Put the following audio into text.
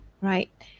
right